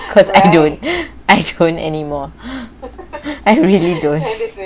cause I don't I don't anymore